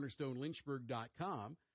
cornerstonelynchburg.com